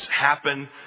happen